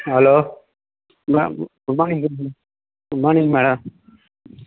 hello ma'am good morning madam good morning madam